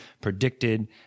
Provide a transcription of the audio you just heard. predicted